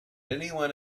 anyone